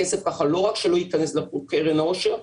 הכסף ככה לא רק שלא ייכנס לקרן העושר,